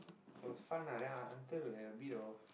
it was fun ah then un~ until we had a bit of